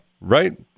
right